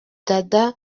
dada